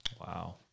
Wow